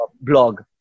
blog